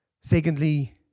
Secondly